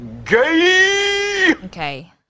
Okay